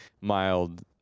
mild